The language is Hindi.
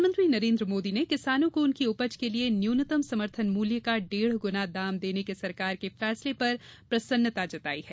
प्रधानमंत्री नरेन्द्र मोदी ने किसानों को उनकी उपज के लिए न्यूनतम समर्थन मूल्य का डेढ़ गुना दाम देने के सरकार के फैसले पर प्रसन्नता जताई है